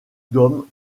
d’hommes